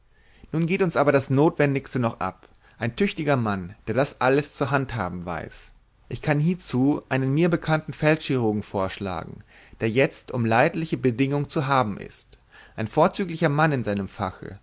nun geht uns aber das notwendigste noch ab ein tüchtiger mann der das alles zu handhaben weiß ich kann hiezu einen mir bekannten feldchirurgus vorschlagen der jetzt um leidliche bedingung zu haben ist ein vorzüglicher mann in seinem fache